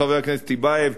חבר הכנסת טיבייב,